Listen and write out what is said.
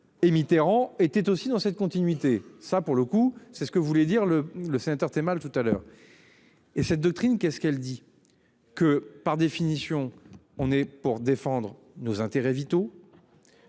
Et Mitterrand était aussi dans cette continuité. Ça pour le coup, c'est ce que voulait dire le le sénateur es mal tout à l'heure. Et cette doctrine qu'est ce qu'elle dit. Que par définition, on est pour défendre nos intérêts vitaux.